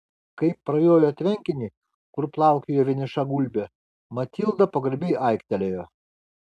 kai prajojo tvenkinį kur plaukiojo vieniša gulbė matilda pagarbiai aiktelėjo